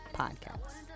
podcasts